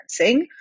referencing